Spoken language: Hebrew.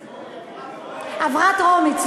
לא, היא עברה בטרומית.